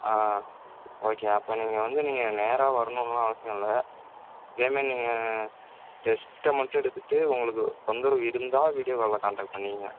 ஆ okay அப்போ நீங்கள் வந்து நீங்கள் நேராக வரணுன்லாம் அவசியம் இல்லை இதேமாரி நீங்கள் டெஸ்ட்டை மட்டும் எடுத்துவிட்டு உங்களுக்கு தொந்தரவு இருந்தால் வீடியோ காலில் காண்டக்ட் பண்ணிக்கீங்க